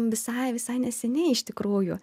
visai visai neseniai iš tikrųjų